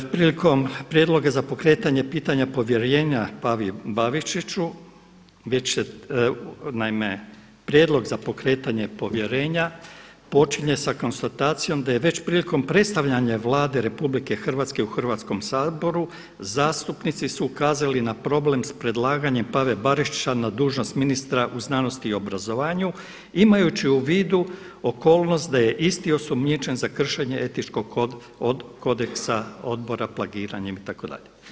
Prilikom Prijedloga za pokretanja pitanja povjerenja Pavi Barišiću već se, naime Prijedlog za pokretanje povjerenja počinje sa konstatacijom da je već prilikom predstavljanja Vlade Republike Hrvatske u Hrvatskom saboru zastupnici su ukazali na problem s predlaganjem Pave Barišića na dužnost ministra u znanosti i obrazovanju imajući u vidu okolnost da je isti osumnjičen za kršenje Etičkog kodeksa Odbora plagiranjem itd.